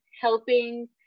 helping